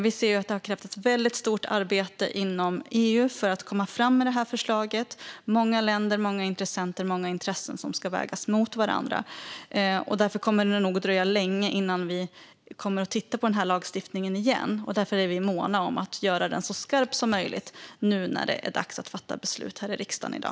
Vi ser att det har krävts ett väldigt stort arbete inom EU för att komma fram med förslaget. Det är många länder, många intressenter och många intressen som ska vägas mot varandra. Därför kommer det nog att dröja länge innan vi tittar på denna lagstiftning igen, och därför är vi måna om att göra den så skarp som möjligt nu när det är dags att fatta beslut här i riksdagen i dag.